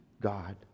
God